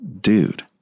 dude